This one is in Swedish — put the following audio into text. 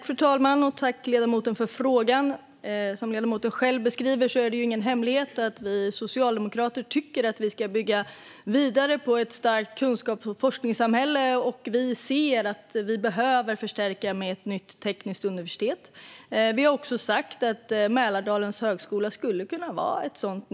Fru talman! Tack, ledamoten, för frågan! Som ledamoten själv beskriver är det ingen hemlighet att vi socialdemokrater tycker att vi ska bygga vidare på ett starkt kunskaps och forskningssamhälle. Vi ser att vi behöver förstärka med ett nytt tekniskt universitet. Vi har också sagt att Mälardalens högskola skulle kunna bli ett sådant.